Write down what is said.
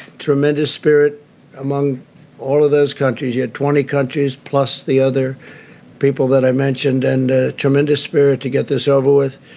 tremendous spirit among all of those countries. we had twenty countries plus the other people that i mentioned. and ah tremendous spirit to get this over with.